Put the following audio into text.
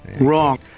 Wrong